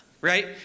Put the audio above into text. right